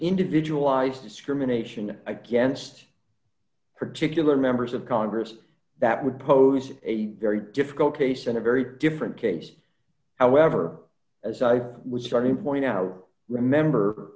discrimination against particular members of congress that would pose a very difficult case in a very different case however as i was starting point out remember